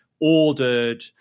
ordered